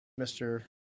Mr